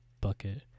bucket